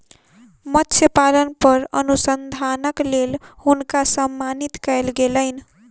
मत्स्य पालन पर अनुसंधानक लेल हुनका सम्मानित कयल गेलैन